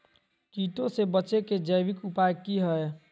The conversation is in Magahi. कीटों से बचे के जैविक उपाय की हैय?